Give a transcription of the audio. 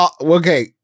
Okay